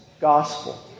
gospel